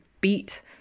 beat